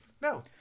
No